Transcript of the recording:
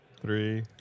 three